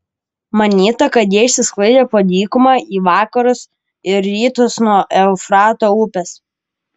manyta kad jie išsisklaidė po dykumą į vakarus ir rytus nuo eufrato upės